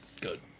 Good